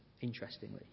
interestingly